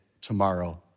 tomorrow